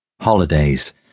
Holidays